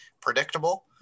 predictable